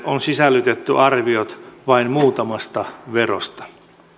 on sisällytetty arviot vain muutamasta verosta